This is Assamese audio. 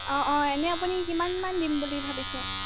অ অ এনে আপুনি কিমানমান দিম বুলি ভাবিছে